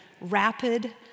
rapid